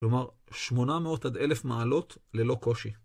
כלומר, שמונה מאות עד אלף מעלות ללא קושי.